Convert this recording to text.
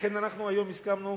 לכן, אנחנו היום הסכמנו,